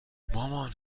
مامان